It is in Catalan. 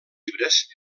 llibres